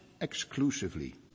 exclusively